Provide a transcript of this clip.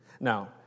now